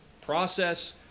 process